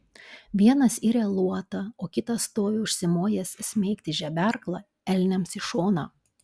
vienas iria luotą o kitas stovi užsimojęs smeigti žeberklą elniams į šoną